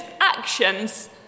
actions